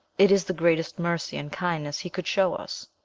it is the greatest mercy and kindness he could show us.